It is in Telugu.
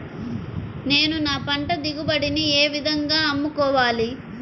నేను నా పంట దిగుబడిని ఏ విధంగా అమ్ముకోవాలి?